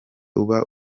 uba